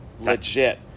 Legit